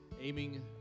aiming